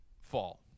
fall